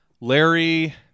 Larry